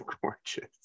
gorgeous